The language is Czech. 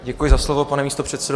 Děkuji za slovo, pane místopředsedo.